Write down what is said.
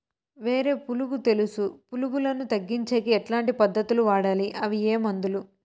వేరు పులుగు తెలుసు పులుగులను తగ్గించేకి ఎట్లాంటి పద్ధతులు వాడాలి? అవి ఏ మందులు?